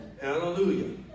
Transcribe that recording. Hallelujah